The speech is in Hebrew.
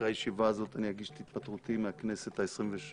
אחרי הישיבה הזאת אני אגיש את התפטרותי מהכנסת ה-23